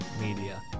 media